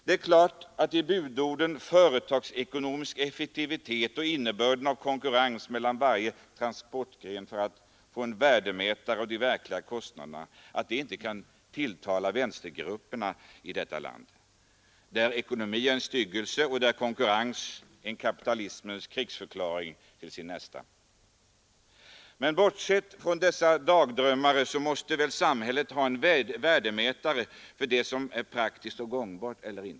Det är klart att budordens ”företagsekonomisk effektivitet” och tanken på konkurrens mellan varje transportgren för att få en värdemätare på de verkliga kostnaderna inte kan tilltala vänstergrupperna i detta land — för dem är ekonomi en styggelse och konkurrens en kapitalistens krigsförklaring mot sin nästa. Men bortsett från dessa dagdrömmare, så inser väl alla att samhället måste ha en värdemätare på vad som är praktiskt och gångbart.